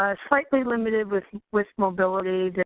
ah slightly limited with with mobility, that